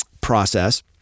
process